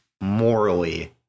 Morally